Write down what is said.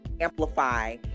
amplify